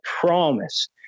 promise